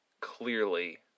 clearly